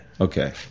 okay